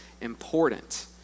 important